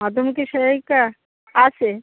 মাধ্যমিকের সহায়িকা আছে